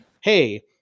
hey